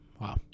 Wow